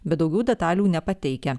bet daugiau detalių nepateikia